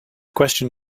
question